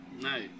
Nice